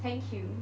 thank you